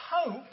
hope